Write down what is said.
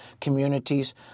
communities